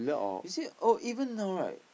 you see or even now right